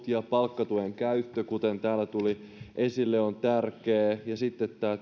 ja palkkatuen käyttö kuten täällä tuli esille on tärkeä ja tämä